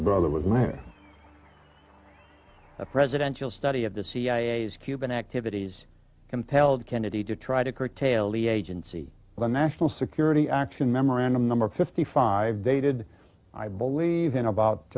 brother was now a presidential study of the cia's cuban activities compelled kennedy to try to curtail the agency the national security action memorandum number fifty five dated i believe in about